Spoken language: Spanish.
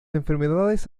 enfermedades